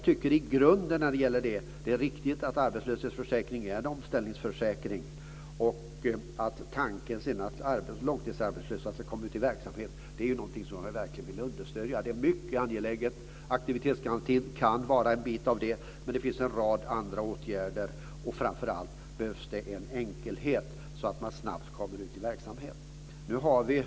I grunden tycker jag att det är riktigt att arbetslöshetsförsäkringen är en omställningsförsäkring. Tanken att långtidsarbetslösa ska komma ut i verksamhet är någonting som jag verkligen vill understödja. Det är mycket angeläget. Aktivitetsgarantin kan vara en del av det. Men det finns en rad andra åtgärder. Framför allt behövs det en enkelhet så att man snabbt kommer ut i verksamhet. Fru talman!